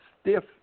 stiff